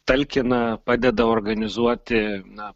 talkina padeda organizuoti na